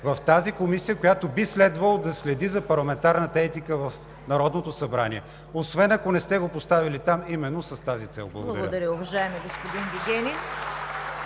в тази комисия, която би следвало да следи за парламентарната етика в Народното събрание, освен ако не сте го поставили там именно с тази цел. Благодаря.